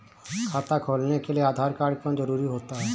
खाता खोलने के लिए आधार कार्ड क्यो जरूरी होता है?